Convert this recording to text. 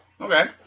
Okay